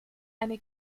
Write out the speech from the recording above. eine